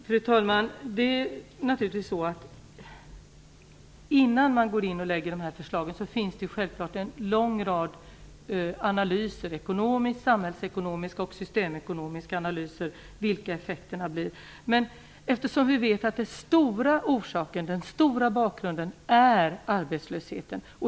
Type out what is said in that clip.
Fru talman! Det är naturligtvis så, att innan man lägger fram förslagen görs självfallet en lång rad analyser, såväl ekonomiska, samhällsekonomiska som systemekonomiska, över vad som blir effekterna. Men vi vet att den stora bakgrunden är arbetslösheten.